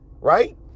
Right